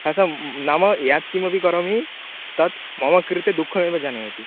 कथं नाम यत्किमपि करोमि तत् मम कृते दुःखमेव जनयति